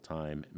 time